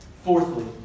Fourthly